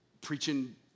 preaching